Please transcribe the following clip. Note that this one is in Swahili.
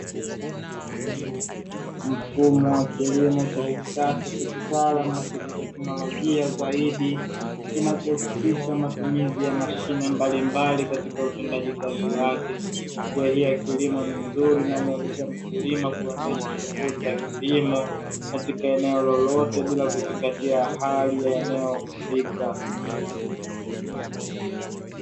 Mfumo wa kilimo cha kisasa cha kitaalamu na cha kiteknolojia zaidi, kinachohusisha matumizi ya mashine mbalimbali katika utendaji kazi wake. Njia hii ya kilimo ni nzuri na humuwezesha mkulima kuendesha shughuli za kilimo, katika eneo lolote bila kuzingatia hali ya eneo husika.